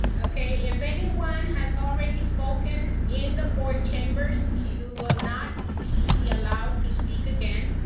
okay, if anyone has already spoken in the board chambers, you will not be allowed to speak again.